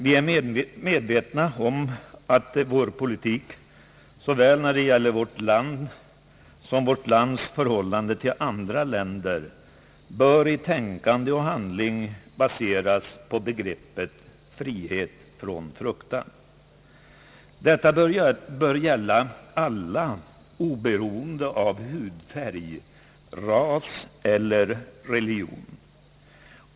Vi är medvetna om att vår politik, såväl när det gäller vårt lands inre förhållanden som dess förhållande till andra länder, i handling och tänkande bör baseras på begreppet frihet från fruktan. Detta bör gälla alla, oberoende av hudfärg, ras eller religion.